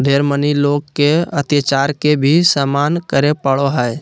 ढेर मनी लोग के अत्याचार के भी सामना करे पड़ो हय